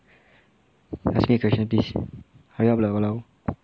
ask me a question please hurry up lah !walao!